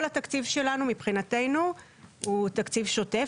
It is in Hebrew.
כל התקציב שלנו מבחינתנו הוא תקציב שוטף,